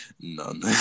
none